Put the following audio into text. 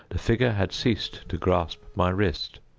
the figure had ceased to grasp my wrist,